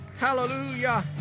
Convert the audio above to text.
Hallelujah